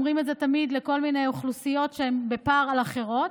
ואנחנו אומרים את זה תמיד לכל מיני אוכלוסיות שהן בפער מאחרות,